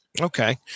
Okay